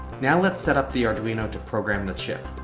now let's set up the arduino to program the chip.